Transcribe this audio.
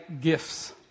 Gifts